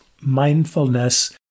mindfulness